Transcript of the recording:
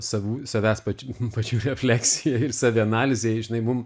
savų savęs pač pačių refleksijoj ir savianalizėj žinai mum